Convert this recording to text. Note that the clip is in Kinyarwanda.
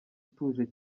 utuje